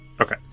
Okay